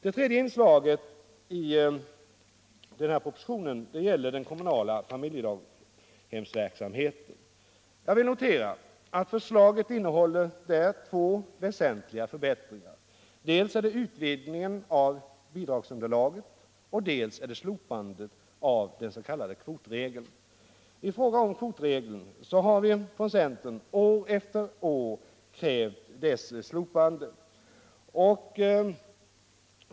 Det tredje inslaget i propositionen gäller den kommunala familjedaghemsverksamheten. Jag vill notera att förslaget innehåller två väsentliga förbättringar. Dels är det utvidgningen av bidragsunderlaget, dels är det slopandet av den s.k. kvotregeln. Vi har från centern år efter år krävt kvotregelns slopande.